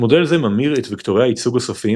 מודול זה ממיר את וקטורי הייצוג הסופיים